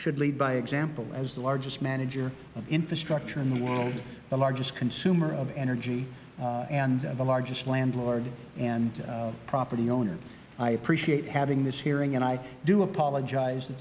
should lead by example as the largest manager of infrastructure in the world the largest consumer of energy and the largest landlord and property owner i appreciate having this hearing and i do apologize